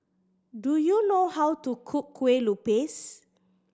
do you know how to cook Kueh Lupis